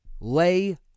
Lay